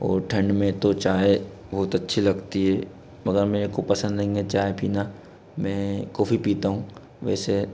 और ठंड में तो चाय बहुत अच्छी लगती है मगर मेरे को पसंद नहीं है चाय पीना मैं कॉफी पीता हूँ वैसे